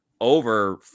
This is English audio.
over